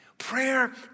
Prayer